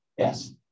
Yes